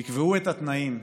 תקבעו את התנאים.